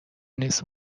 نیست